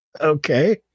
Okay